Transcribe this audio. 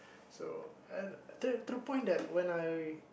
so and tr~ true point then when I